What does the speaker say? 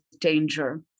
danger